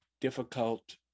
difficult